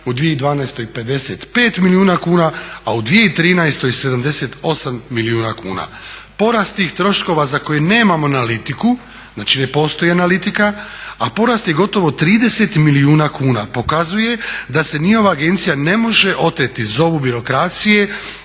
u 2012. 55 milijuna kuna a u 2013. 78 milijuna kuna. Porast tih troškova za koje nemam analitiku, znači ne postoji analitika a porast je gotovo 30 milijuna kuna pokazuje da se ni ova agencija ne može oteti zovu birokracije